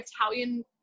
Italian